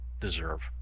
deserve